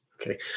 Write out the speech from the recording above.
Okay